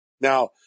now